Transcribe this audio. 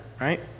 right